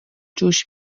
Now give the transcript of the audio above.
جوش